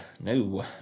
No